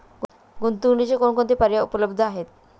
गुंतवणुकीचे कोणकोणते पर्याय उपलब्ध आहेत?